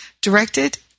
directed